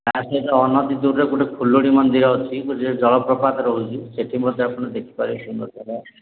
ଆଉ ସେଠି ଅନତି ଦୂରରେ ଗୋଟେ ଫୁଲେଡ଼ି ମନ୍ଦିର ଅଛି ଗୋଟେ ଜଳପ୍ରପାତ ରହୁଛି ସେଠି ମଧ୍ୟ ଆପଣ ଦେଖିପାରିବେ ସୁନ୍ଦର